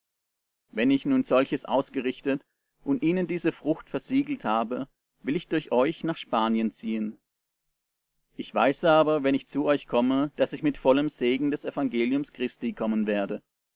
wenn ich nun solches ausgerichtet und ihnen diese frucht versiegelt habe will ich durch euch nach spanien ziehen ich weiß aber wenn ich zu euch komme daß ich mit vollem segen des evangeliums christi kommen werde